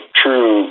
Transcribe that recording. true